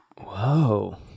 whoa